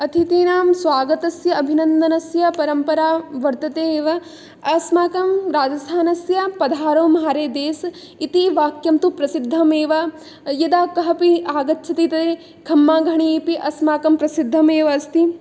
अतिथीनां स्वागतस्य अभिनन्दनस्य परम्परा वर्तते एव अस्माकं राजस्थानस्य पधारो म्हारे देस् इति वाक्यं तु प्रसिद्धमेव यदा कः अपि आगच्छति खम्मा घणी अपि अस्माकं प्रसिद्धमेव अस्ति